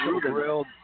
grilled